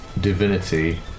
Divinity